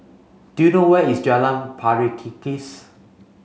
do you know where is Jalan Pari Kikis